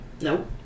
Nope